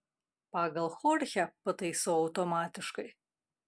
pagal chorchę pataisau automatiškai